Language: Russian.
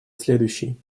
следующий